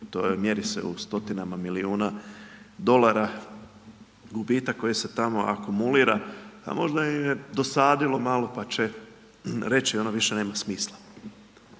je mjeri se u stotinama milijuna dolara, gubitka koji se tamo akumulira. A možda je i dosadilo malo, pa će reći, ono više nema smisla.